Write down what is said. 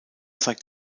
zeigt